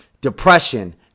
depression